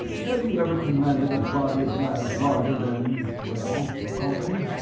have you ever commanded a body of lads larger than, well, a company?